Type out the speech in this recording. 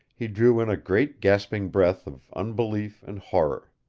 he drew in a great gasping breath of unbelief and horror.